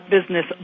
business